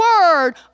word